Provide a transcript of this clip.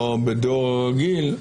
בדואר רגיל,